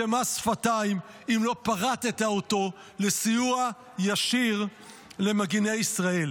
זה מס שפתיים אם לא פרטת אותו לסיוע ישיר למגיני ישראל.